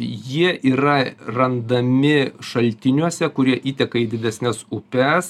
jie yra randami šaltiniuose kurie įteka į didesnes upes